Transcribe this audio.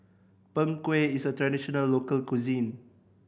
Png Kueh is a traditional local cuisine